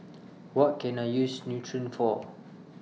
What Can I use Nutren For